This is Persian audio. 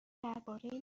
درباره